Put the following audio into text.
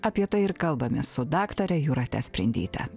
apie tai ir kalbamės su daktare jūrate sprindyte